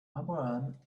abraham